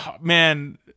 man